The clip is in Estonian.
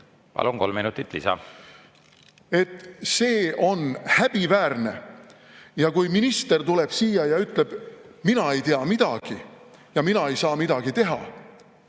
Palun, kolm minutit lisa! See on häbiväärne. Kui minister tuleb siia ja ütleb, et mina ei tea midagi ja mina ei saa midagi teha,